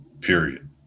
period